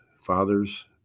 fathers